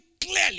clearly